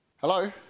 Hello